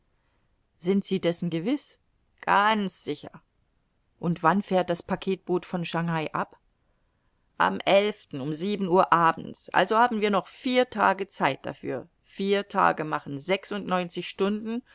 sind sie dessen gewiß ganz sicher und wann fährt das packetboot von schangai ab am um sieben uhr abends also haben wir noch vier tage zeit dafür vier tage machen sechsundneunzig stunden